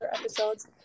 episodes